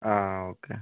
ആ ഓക്കെ